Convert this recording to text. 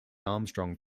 armstrong